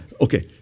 Okay